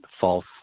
false